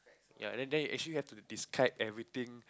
ya then then you actually have to describe everything